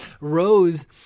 Rose